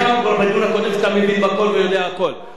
הרי הבנו, סיכמנו שאתה יודע הכול,